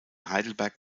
heidelberg